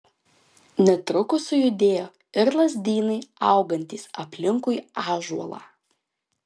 netrukus sujudėjo ir lazdynai augantys aplinkui ąžuolą